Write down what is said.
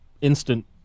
instant